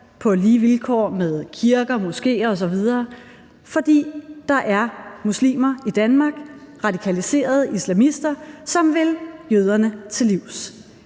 på lige vilkår med kirker, moskéer osv., fordi der er muslimer i Danmark, radikaliserede islamister, som vil jøderne til livs.